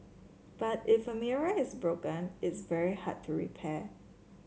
but if a mirror is broken it's very hard to repair